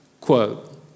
quote